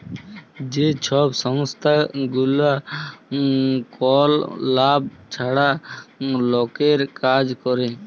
যে ছব সংস্থাগুলা কল লাভ ছাড়া লকের কাজ ক্যরে